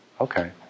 Okay